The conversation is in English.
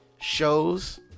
shows